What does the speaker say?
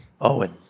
Owen